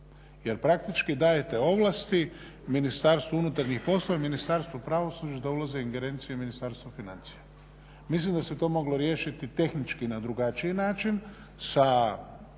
jer praktički dajete ovlasti Ministarstvu unutarnjih poslova i Ministarstvu pravosuđa da ulaze u ingerencije Ministarstva financija. Mislim da se to moglo riješiti tehnički na drugačiji način, sa